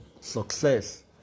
success